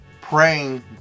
praying